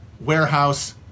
warehouse